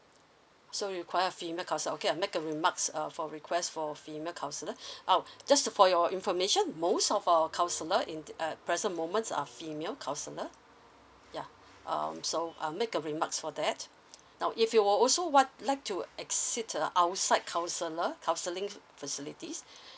so you require a female counsellor okay I make a remarks uh for request for female counsellor uh just for your information most of our counsellor in uh present moments are female counsellor ya um so I'll make a remarks for that now if you will also want like to exit a outside counsellor counselling facilities